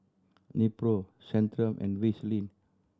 Nepro Centrum and Vaselin